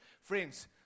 friends